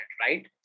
right